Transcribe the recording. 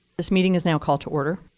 this meeting is now called to order.